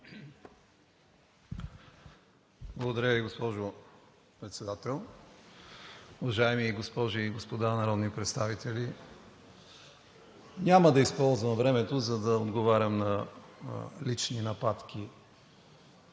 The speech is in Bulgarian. Благодаря Ви, госпожо Председател. Уважаеми госпожи и господа народни представители! Няма да използвам времето, за да отговарям на лични нападки,